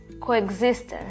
coexistence